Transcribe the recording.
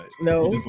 No